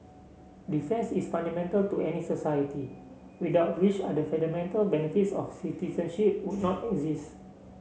defence is fundamental to any society without which other fundamental benefits of citizenship would not exist